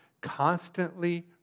constantly